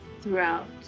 throughout